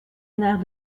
naar